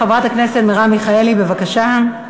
חברת הכנסת מרב מיכאלי, בבקשה.